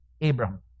Abraham